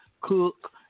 cook